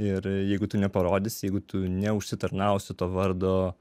ir jeigu tu neparodysi jeigu tu neužsitarnausi to vardo